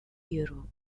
europe